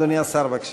אדוני השר, בבקשה.